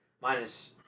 minus